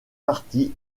partis